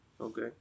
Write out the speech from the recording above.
Okay